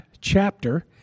chapter